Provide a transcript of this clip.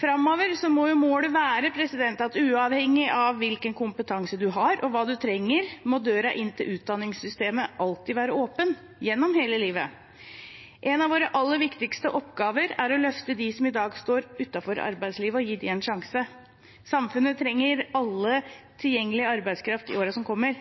Framover må målet være at uavhengig av hvilken kompetanse man har, og hva man trenger, må døren inn til utdanningssystemet alltid være åpen gjennom hele livet. En av våre aller viktigste oppgaver er å løfte dem som i dag står utenfor arbeidslivet, og gi dem en sjanse. Samfunnet trenger all tilgjengelig arbeidskraft i årene som kommer.